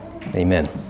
Amen